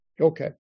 Okay